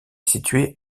située